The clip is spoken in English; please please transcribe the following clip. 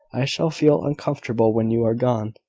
i shall feel uncomfortable when you are gone,